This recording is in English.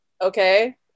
Okay